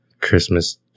Christmas